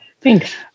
Thanks